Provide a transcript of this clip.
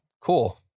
Cool